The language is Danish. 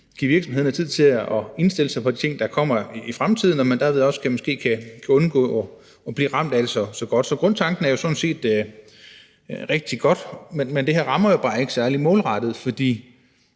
give virksomhederne tid til at indstille sig på ting, der kommer i fremtiden, og at man derved måske også kan undgå, at de bliver ramt så hårdt. Så grundtanken er sådan set rigtig god. Men det her rammer bare ikke særlig målrettet, for